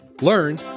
learn